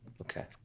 Okay